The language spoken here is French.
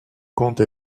compte